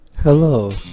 Hello